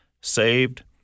saved